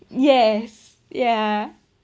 yes yeah